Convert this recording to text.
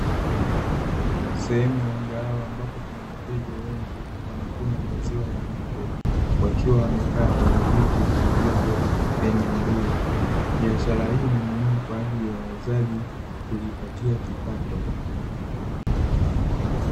Sehemu ya mgahawa ambapo kuna wateja wengi wanakunywa maziwa ya ng’ombe, wakiwa wamekaa kwenye viti vilivyopo eneo hilo, biashara hii ni muhimu kwaajili ya wauzaji kujipatia kipato.